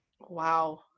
Wow